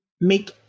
make